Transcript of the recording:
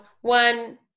one